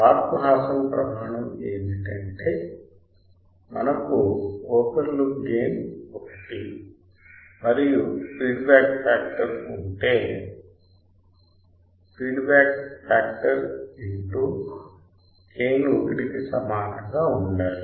BARC Haasan ప్రమాణం ఏమిటంటే మనకు ఓపెన్ లూప్ గెయిన్ 1 మరియు ఫీడ్బ్యాక్ ఫ్యాక్టర్ ఉంటే ఫీడ్బ్యాక్ ఇంటూ గెయిన్ 1 కి సమానంగా ఉండాలి